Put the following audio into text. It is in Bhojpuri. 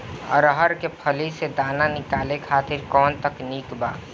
अरहर के फली से दाना निकाले खातिर कवन तकनीक बा का?